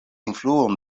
influon